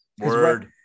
Word